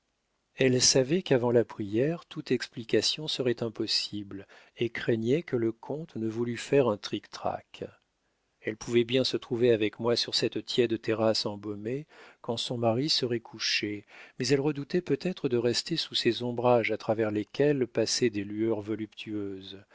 elle savait qu'avant la prière toute explication serait impossible et craignait que le comte ne voulût faire un trictrac elle pouvait bien se trouver avec moi sur cette tiède terrasse embaumée quand son mari serait couché mais elle redoutait peut-être de rester sous ces ombrages à travers lesquels passaient des lueurs voluptueuses